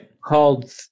called